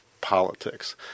politics